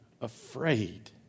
afraid